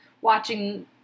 watching